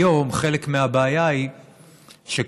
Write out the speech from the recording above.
היום, חלק מהבעיה היא שכאשר